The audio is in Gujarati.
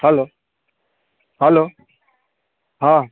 હલો હલો હા